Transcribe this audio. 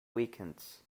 weekends